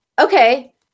Okay